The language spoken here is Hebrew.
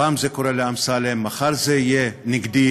הפעם זה קורה לאמסלם, מחר זה יהיה נגדי,